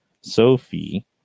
Sophie